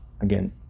again